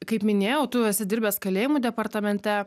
kaip minėjau tu esi dirbęs kalėjimų departamente